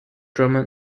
german